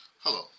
Hello